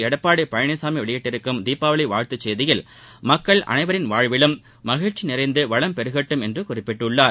எடப்பாடி பழனிசாமி வெளியிட்டிருக்கும் தீபாவளி வாழ்த்து செய்தியில் மக்கள் அனைவரின் வாழ்விலும் மகிழ்ச்சி நிறைந்து வளம் பெருகட்டும் என்று குறிப்பிட்டுள்ளார்